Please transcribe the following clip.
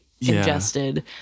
ingested